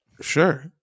Sure